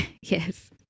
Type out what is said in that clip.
Yes